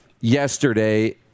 yesterday